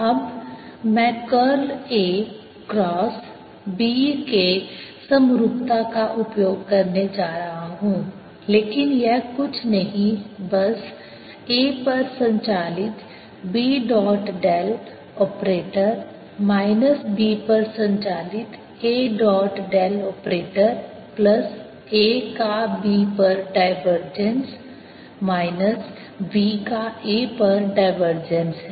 अब मैं curl A cross B के समरूपता का उपयोग करने जा रहा हूं लेकिन यह कुछ नहीं बस A पर संचालित B dot del operator minus B पर संचालित A dot del operator plus A का B पर डायवर्जेंस माइनस B का A पर डायवर्जेंस है